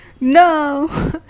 no